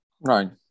Right